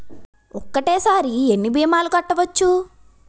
ఒక్కటేసరి ఎన్ని భీమాలు కట్టవచ్చు?